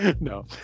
No